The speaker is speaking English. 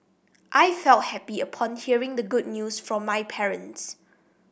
I felt happy upon hearing the good news from my parents